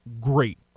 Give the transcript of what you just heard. great